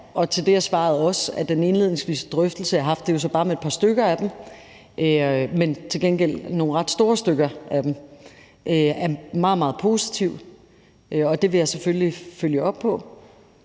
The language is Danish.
er svaret ja, og svaret er også, at den indledningsvise drøftelse, jeg har haft – og det har jo så bare været med et par stykker af dem, men til gengæld nogle ret store stykker af dem – har været meget, meget positiv. Det vil jeg selvfølgelig følge op på.